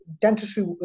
dentistry